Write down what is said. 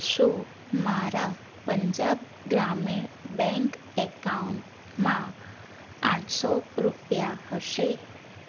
શું મારા પંજાબ ગ્રામીણ બેંક અકાઉન્ટમાં આઠસો રૂપિયા હશે